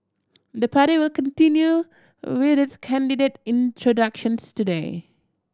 the party will continue with its candidate introductions today